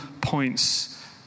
points